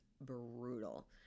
brutal